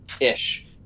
ish